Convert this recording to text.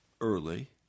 early